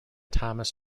thomas